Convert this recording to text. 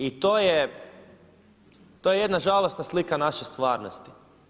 I to je, to je jedna žalosna slika naše stvarnosti.